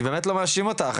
אני לא מאשים אותך,